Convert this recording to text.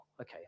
okay